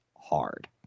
hard